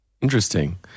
Interesting